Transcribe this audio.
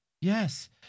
Yes